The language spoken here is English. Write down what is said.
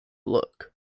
look